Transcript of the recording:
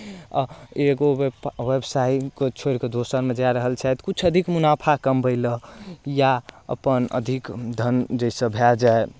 एगो व्यापा व्यवसायकेँ छोड़ि कऽ दोसरमे जा रहल छथि किछु अधिक मुनाफा कमबै लेल या अपन अधिक धन जाहिसँ भए जाय